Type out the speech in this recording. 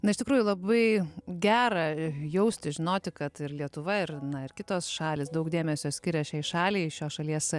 na iš tikrųjų labai gera jausti žinoti kad ir lietuva ir na ir kitos šalys daug dėmesio skiria šiai šaliai šios šalies